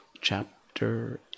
chapter